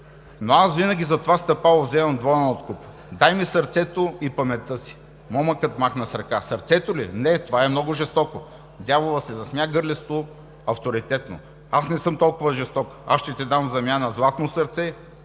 Но аз винаги за това стъпало вземам двоен откуп: дай ми сърцето и паметта си. Момъкът махна ръка: – Сърцето ли? Не! Това е много жестоко! Дяволът се засмя гърлесто, авторитетно: – Аз не съм толкова жесток. Аз ще ти дам в замяна златно сърце